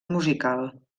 musical